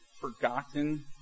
forgotten